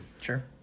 Sure